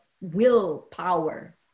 willpower